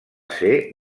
ser